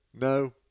No